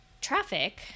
traffic